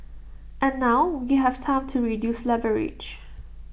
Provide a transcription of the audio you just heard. and now we have time to reduce leverage